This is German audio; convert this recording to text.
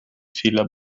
fehler